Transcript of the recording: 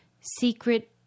secret